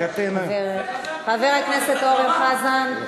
חבר הכנסת אורן חזן.